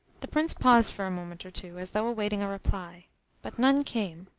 the prince paused for a moment or two, as though awaiting a reply but none came,